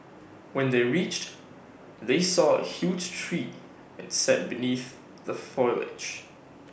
when they reached they saw A huge tree and sat beneath the foliage